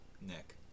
nick